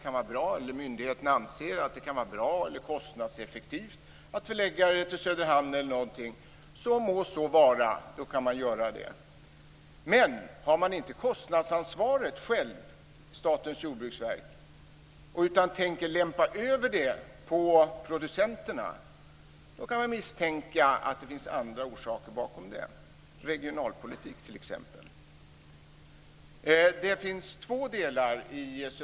Anser myndigheten att det kan vara bra eller kostnadseffektivt att förlägga registreringen till Söderhamn eller något annat ställe, må så vara, men om Statens jordbruksverk inte självt har kostnadsansvaret utan tänker lämpa över det på producenterna, kan man misstänka att det finns andra orsaker, t.ex. regionalpolitik. Söderhamnspaketet har två delar.